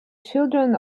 children